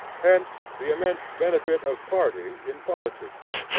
hence the immense benefit of party in politics,